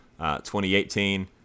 2018